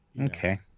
Okay